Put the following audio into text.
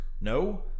no